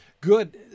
Good